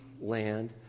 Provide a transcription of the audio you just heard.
land